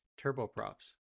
turboprops